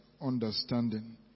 understanding